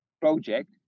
project